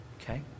Okay